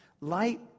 Light